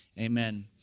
amen